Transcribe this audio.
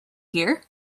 hear